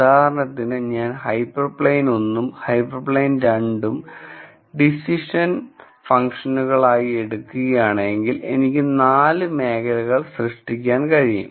ഉദാഹരണത്തിന് ഞാൻ ഹൈപ്പർപ്ലെയ്ൻ 1 ഉം ഹൈപ്പർപ്ലെയ്ൻ 2 ഉം 2 ഡിസിഷൻ ഫംഗ്ഷനുകളായി എടുക്കുകയാണെങ്കിൽ എനിക്ക് 4 മേഖലകൾ സൃഷ്ടിക്കാൻ കഴിയും